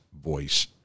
voice